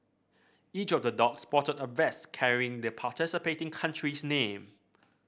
each of the dog sported a vest carrying the participating country's name